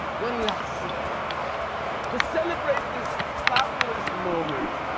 one last surprise to celebrate this fabulous moment,